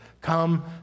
Come